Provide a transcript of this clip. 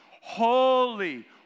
Holy